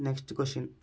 next question